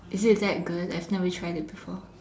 is it that good I've never tried it before